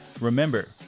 remember